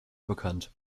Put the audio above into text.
bekannt